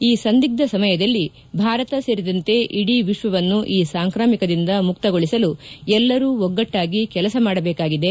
ಈ ಸಂದಿಗ್ದ ಸಮಯದಲ್ಲಿ ಭಾರತ ಸೇರಿದಂತೆ ಇಡೀ ವಿಶ್ವವನ್ನು ಈ ಸಾಂಕ್ರಮಿಕದಿಂದ ಮುಕ್ತಗೊಳಸಲು ಎಲ್ಲರೂ ಒಗ್ಗಟ್ಟಾಗಿ ಕೆಲಸ ಮಾಡಬೇಕಾಗಿದೆ